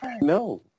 No